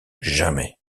jamais